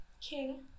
King